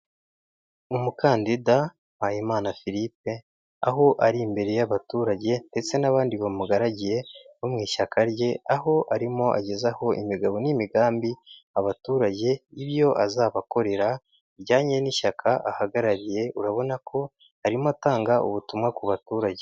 Umukandida Mpayimana Philippe, aho ari imbere y'abaturage ndetse n'abandi bamugaragiye bo mu ishyaka rye, aho arimo agezaho imigabo n'imigambi abaturage ibyo azabakorera bijyanye n'ishyaka ahagarariye, urabona ko arimo atanga ubutumwa ku baturage.